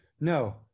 no